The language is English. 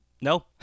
No